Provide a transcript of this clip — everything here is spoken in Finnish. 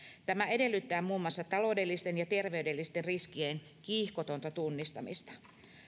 tämä edellyttää muun muassa taloudellisten ja terveydellisten riskien kiihkotonta tunnistamista